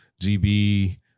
GB